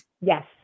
Yes